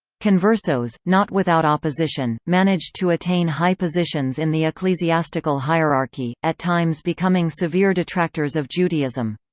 conversos not without opposition managed to attain high positions in the ecclesiastical hierarchy, at times becoming severe detractors of judaism.